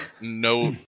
no